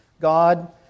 God